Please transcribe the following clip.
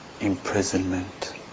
imprisonment